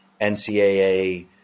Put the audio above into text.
NCAA